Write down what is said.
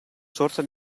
sorta